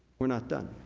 we're not done.